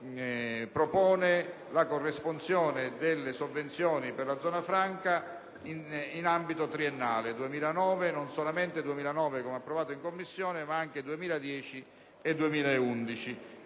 propone la corresponsione delle sovvenzioni per la zona franca in ambito triennale, non solamente per il 2009 come approvato in Commissione, ma anche per il 2010